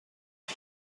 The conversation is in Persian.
تخت